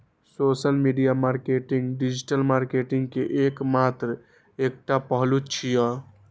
social media marketing digital marketing के मात्र एकटा पहलू छियै